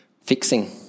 fixing